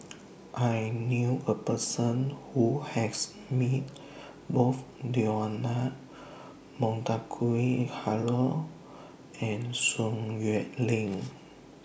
I knew A Person Who has Met Both Leonard Montague Harrod and Sun Xueling